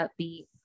upbeat